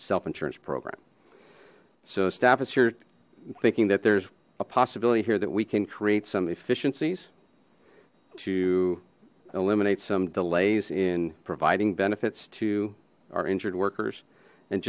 self insurance program so staff is here thinking that there's a possibility here that we can create some efficiencies to eliminate some delays in providing benefits to our injured workers and